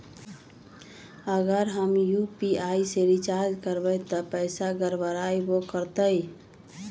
अगर हम यू.पी.आई से रिचार्ज करबै त पैसा गड़बड़ाई वो करतई?